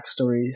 backstories